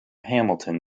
hamilton